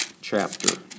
chapter